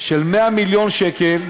של 100 מיליון שקל,